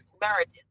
marriages